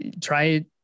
Try